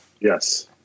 Yes